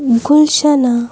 گُلشَنہ